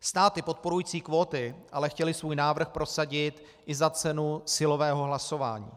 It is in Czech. Státy podporující kvóty ale chtěly svůj návrh prosadit i za cenu silového hlasování.